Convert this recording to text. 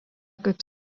kaip